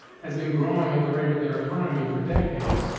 has been growing at the rate of their economy for decades,